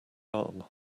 arm